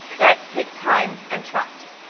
that takes time and trust.